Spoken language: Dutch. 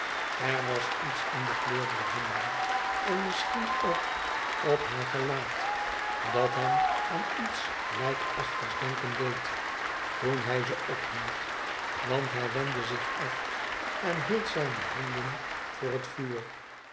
r was iets in de kleur dier handen en misschien ook op haar gelaat dat hem aan iets lijkachtigs denken deed toen hij ze ophield want hij wendde zich af en hield zijne handen voor het vuur